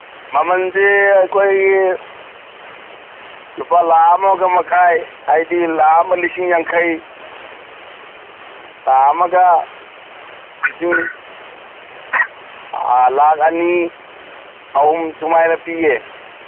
ꯃꯃꯟꯁꯦ ꯑꯩꯈꯣꯏꯒꯤ ꯂꯨꯄꯥ ꯂꯥꯈ ꯑꯃ ꯃꯈꯥꯏ ꯍꯥꯏꯗꯤ ꯂꯥꯈ ꯑꯃꯒ ꯂꯤꯁꯤꯡ ꯌꯥꯡꯈꯩ ꯂꯥꯈ ꯑꯃꯒ ꯂꯤꯁꯤꯡ ꯂꯥꯈ ꯑꯅꯤ ꯑꯍꯨꯝ ꯁꯨꯃꯥꯏꯅ ꯄꯤꯌꯦ